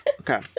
Okay